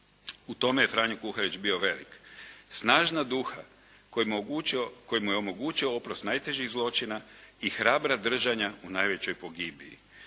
U tome je Franjo Kuharić bio velik. Snažna duha koji mu je omogućio oprost najtežih zločina i hrabra držanja u najvećoj pogibiji.